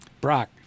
Brock